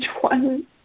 one